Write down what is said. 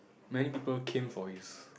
many people came for his